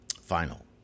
Final